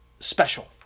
special